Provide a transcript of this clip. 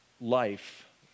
life